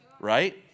right